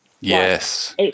Yes